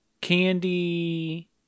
Candy